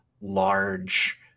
large